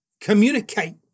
communicate